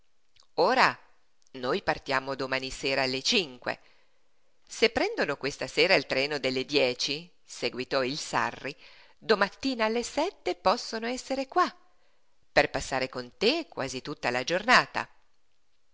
ora noi partiamo domani sera alle cinque se prendono questa sera il treno delle dieci seguitò il sarri domattina alle sette possono essere qua per passare con te quasi tutta la giornata